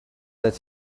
that